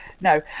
no